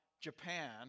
Japan